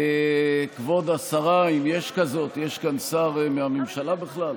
כבוד השרה, אם יש כזאת, יש כאן שר מהממשלה בכלל?